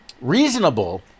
reasonable